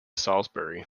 salisbury